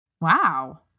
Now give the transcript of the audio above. Wow